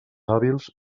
hàbils